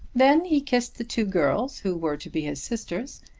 then he kissed the two girls who were to be his sisters,